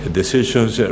decisions